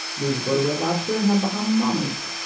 we would go to red lobster and have bahama mamas.